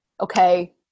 okay